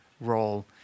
role